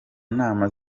nama